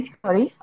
sorry